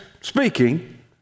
speaking